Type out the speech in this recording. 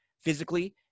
physically